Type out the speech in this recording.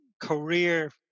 career